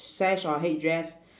sash or headdress